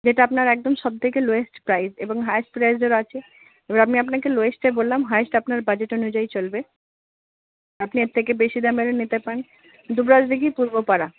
যেটা আপনার একদম সব থেকে লোয়েস্ট প্রাইস এবং হায়েস্ট প্রাইসেরও আছে এবার আমি আপনাকে লোয়েস্টা বললাম হায়েস্টটা আপনার বাজেট অনুযায়ী চলবে আপনি এর থেকে বেশি দামেরও নিতে পারেন দুর্গা দিঘি পূর্বপাড়া